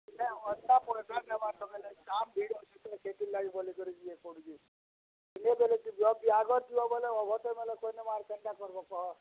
ତୁମେ ଅଧିକା ପଏସା ନେବାର୍ କଥା ନେଇଁ କାମ୍ ଭିଡ଼୍ ଅଛେ ତ ହେଥିର୍ ଲାଗି ବୋଲିକରି ଇଏ ପଡୁଚେ ବିହାଘର୍ ଯିବ ବେଲେ ଓଭର୍ ଟାଇମ୍ ହେଲେ କରିନେମା ଆର୍ କେନ୍ତା କର୍ମା କହ